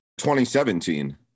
2017